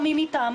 או מי מטעמו,